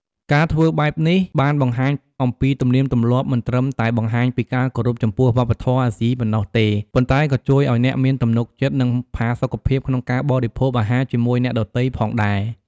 ការធ្វើបែបនេះបានបង្ហាញអំពីទំនៀមទម្លាប់ មិនត្រឹមតែបង្ហាញពីការគោរពចំពោះវប្បធម៌អាស៊ីប៉ុណ្ណោះទេ ប៉ុន្តែក៏ជួយឱ្យអ្នកមានទំនុកចិត្ត និងផាសុកភាពក្នុងការបរិភោគអាហារជាមួយអ្នកដទៃផងដែរ។